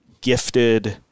gifted